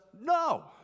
No